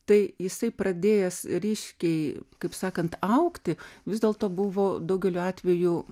tai jisai pradėjęs ryškiai kaip sakant augti vis dėlto buvo daugeliu atvejų